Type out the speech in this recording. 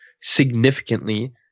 significantly